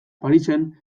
parisen